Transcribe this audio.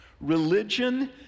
religion